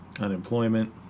Unemployment